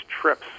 trips